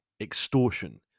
extortion